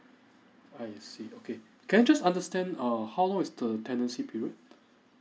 I see okay can I just understand err how long is the tenancy period